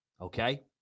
Okay